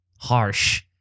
Harsh